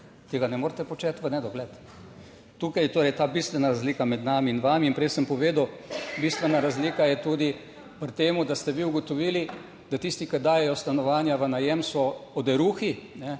Tega ne morete početi v nedogled. Tukaj je torej ta bistvena razlika med nami in vami in prej sem povedal, bistvena razlika je tudi pri temu, da ste vi ugotovili, da tisti, ki dajejo stanovanja v najem, so oderuhi, in